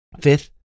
Fifth